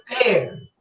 fair